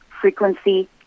frequency